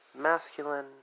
Masculine